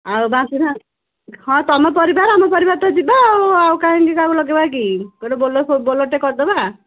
ଆଉ ବାନ୍ତି ହଁ ତୁମ ପରିବାର ଆମ ପରିବାର ତ ଯିବା ଆଉ ଆଉ କାହିଁକି କାହାକୁ ଲଗାଇବାକି ଗୋଟେ ବୋଲେରୋ ବୋଲେରୋଟେ କରିଦେବା